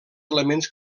elements